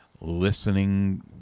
listening